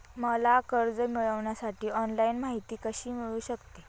मला कर्ज मिळविण्यासाठी ऑनलाइन माहिती कशी मिळू शकते?